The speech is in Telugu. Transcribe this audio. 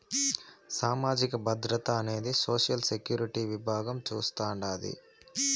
సామాజిక భద్రత అనేది సోషల్ సెక్యూరిటీ విభాగం చూస్తాండాది